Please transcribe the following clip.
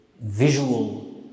visual